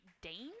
Danes